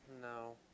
no